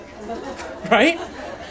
Right